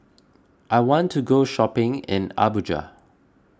I want to go shopping in Abuja